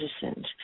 citizens